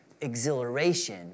exhilaration